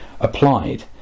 applied